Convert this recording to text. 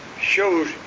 shows